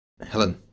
Helen